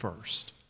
first